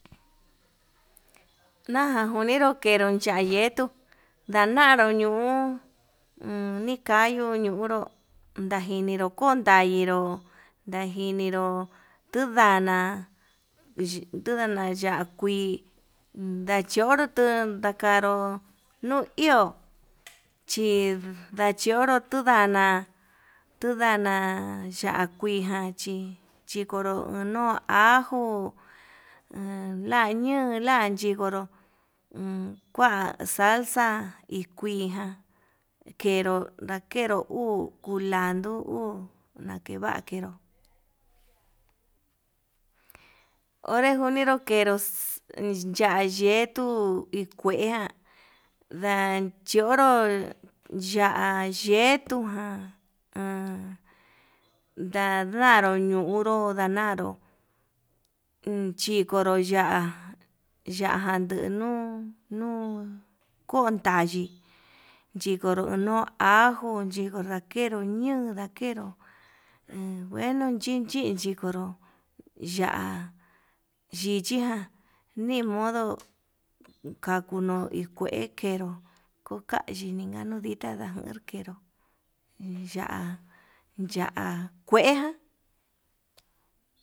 Naján kuninru kenro chayeto ndanaru ñuu nikayu ñuu, ndo ndajiniru kuntainró ndajiniru tundana tundana ya'á kuii ndachionru tuun ndakanró nuu iho, chi ndachioro tuu ndana'a tuu ndana ya'á kuijan chi chikonro nuu ajó en la nion nda'a chikonró uun kua salsa hi kuiján kenró ndakero uu kulandu, nakeva kenró onre njuninró enró yayetu in kueján ndachionru ya'á yetuján han ndadaru ñunruu ndadaro chikonro ya'á, ya'á jan tenuu nuu kontayi chikonro nuu ajo chiko ndakero ñuu ndakero en ngueno chinchin yikoró ya'á yichiján, nimono kakunu hi kue ke'e no konkaniga nii ndichan ndán ndakeró ya'á, ya'á kueján.